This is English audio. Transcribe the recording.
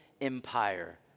Empire